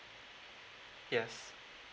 yes